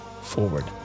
forward